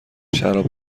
شراب